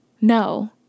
No